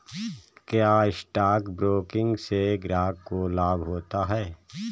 क्या stock broking से ग्राहक को लाभ होता है?